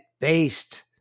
based